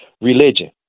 religion